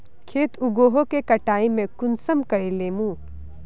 खेत उगोहो के कटाई में कुंसम करे लेमु?